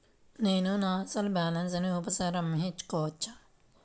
నేను నా అసలు బాలన్స్ ని ఉపసంహరించుకోవచ్చా?